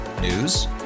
News